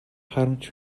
харамч